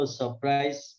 surprise